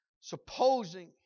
supposing